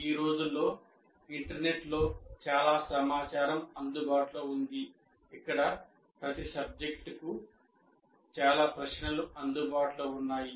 ఈ రోజుల్లో ఇంటర్నెట్లో చాలా సమాచారం అందుబాటులో ఉంది ఇక్కడ ప్రతి సబ్జెక్టుకు చాలా ప్రశ్నలు అందుబాటులో ఉన్నాయి